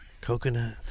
coconut